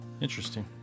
Interesting